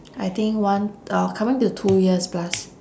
I think one uh coming to two years plus